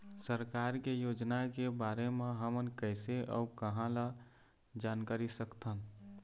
सरकार के योजना के बारे म हमन कैसे अऊ कहां ल जानकारी सकथन?